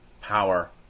power